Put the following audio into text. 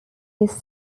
his